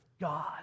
God